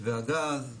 מתווה הגז וכו',